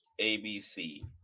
ABC